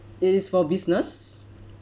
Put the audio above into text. it is for business